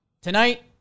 Tonight